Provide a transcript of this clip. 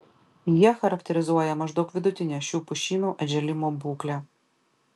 jie charakterizuoja maždaug vidutinę šių pušynų atžėlimo būklę